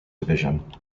division